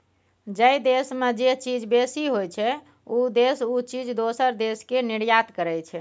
जइ देस में जे चीज बेसी होइ छइ, उ देस उ चीज दोसर देस के निर्यात करइ छइ